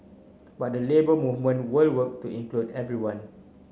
but the Labour Movement will work to include everyone